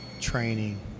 training